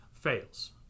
fails